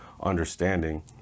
understanding